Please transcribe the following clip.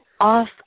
off